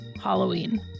Halloween